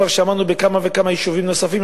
כבר שמענו בכמה וכמה יישובים נוספים,